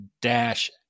dash